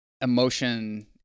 emotion